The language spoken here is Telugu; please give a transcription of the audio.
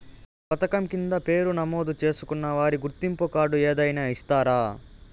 ఈ పథకం కింద పేరు నమోదు చేసుకున్న వారికి గుర్తింపు కార్డు ఏదైనా ఇస్తారా?